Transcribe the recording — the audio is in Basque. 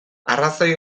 arrazoi